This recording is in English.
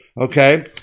Okay